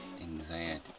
Anxiety